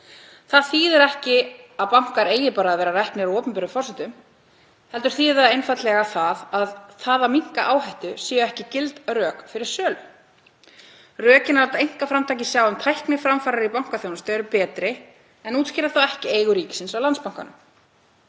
Það þýðir ekki að bankar eigi bara að vera reknir á opinberum forsendum heldur þýðir það einfaldlega að það að minnka áhættu séu ekki gild rök fyrir sölu. Rökin um að láta einkaframtakið sjá um tækniframfarir í bankaþjónustu eru betri en þau útskýra þó ekki eigu ríkisins á Landsbankanum.